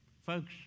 Folks